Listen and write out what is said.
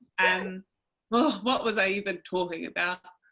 and ah what was i even talking about,